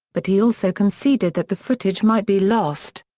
but he also conceded that the footage might be lost.